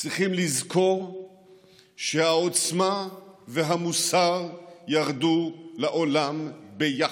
צריכים לזכור שהעוצמה והמוסר ירדו לעולם ביחד.